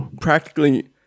practically